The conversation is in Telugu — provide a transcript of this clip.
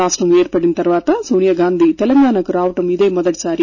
రాష్టం ఏర్పడిన తరువాత సోనియా గాంధీ తెలంగాణ కు రావడం ఇదే మొదటిసారి